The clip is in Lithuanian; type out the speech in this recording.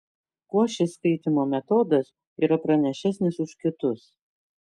kuo šis skaitymo metodas yra pranašesnis už kitus